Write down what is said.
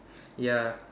ya